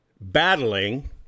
battling